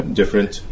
different